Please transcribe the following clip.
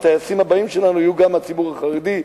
הטייסים הבאים שלנו יהיו גם מהציבור החרדי.